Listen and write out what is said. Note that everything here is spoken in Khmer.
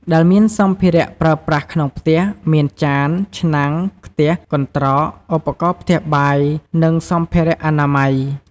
ដែលមានសម្ភារៈប្រើប្រាស់ក្នុងផ្ទះ មានចាន ឆ្នាំង ខ្ទះ កន្ត្រក ឧបករណ៍ផ្ទះបាយ និងសម្ភារៈអនាម័យ។